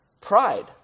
Pride